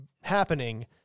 happening